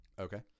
Okay